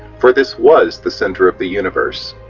for this was the center of the universe.